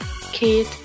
kid